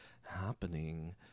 happening